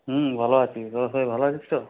হ্যাঁ ভালো আছি তোরা সবাই ভালো আছিস তো